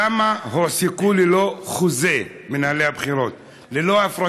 ומאחלים להם להוביל את